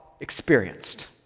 experienced